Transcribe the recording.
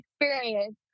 experience